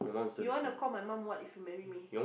you want to call my mom what if you marry me